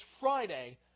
Friday